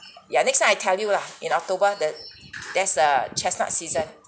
ya next time I tell you lah in october the that's err chestnut season